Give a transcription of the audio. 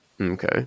Okay